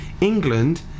England